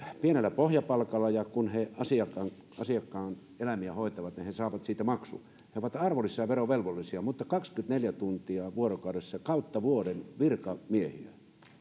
pienellä pohjapalkalla ja kun he asiakkaan asiakkaan eläimiä hoitavat niin he saavat siitä maksun he ovat arvonlisäverovelvollisia mutta kaksikymmentäneljä tuntia vuorokaudessa kautta vuoden virkamiehiä